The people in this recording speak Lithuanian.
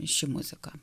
ši muzika